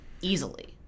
easily